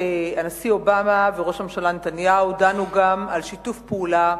הנשיא אובמה וראש הממשלה נתניהו דנו גם על שיתוף פעולה